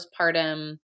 postpartum